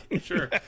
Sure